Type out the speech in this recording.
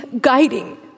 guiding